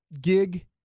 gig